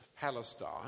Palestine